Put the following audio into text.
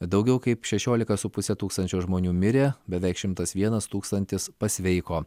daugiau kaip šešiolika su puse tūkstančio žmonių mirė beveik šimtas vienas tūkstantis pasveiko